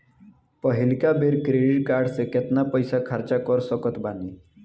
पहिलका बेर credit card से केतना पईसा खर्चा कर सकत बानी?